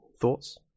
Thoughts